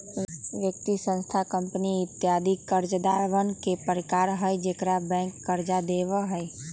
व्यक्ति, संस्थान, कंपनी इत्यादि कर्जदारवन के प्रकार हई जेकरा बैंक कर्ज देवा हई